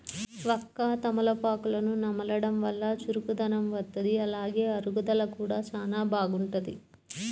వక్క, తమలపాకులను నమలడం వల్ల చురుకుదనం వత్తది, అలానే అరుగుదల కూడా చానా బాగుంటది